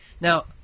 Now